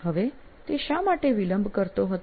હવે તે શા માટે વિલંબ કરતો હતો